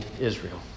Israel